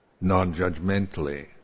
non-judgmentally